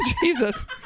jesus